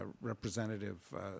Representative